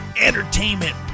entertainment